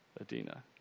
Adina